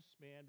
man